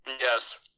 Yes